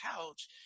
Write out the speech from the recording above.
couch